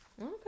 Okay